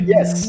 Yes